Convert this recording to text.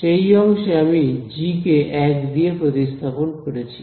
সেই অংশে আমি জি কে 1 দিয়ে প্রতিস্থাপন করেছি